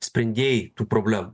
sprendėjai tų problemų